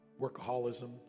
workaholism